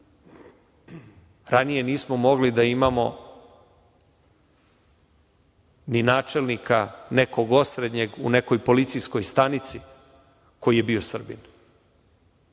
Ranije nismo mogli da imamo ni načelnika, nekog osrednjeg, u nekoj policijskoj stanici koji je bio Srbin.U